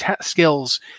skills